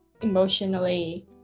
emotionally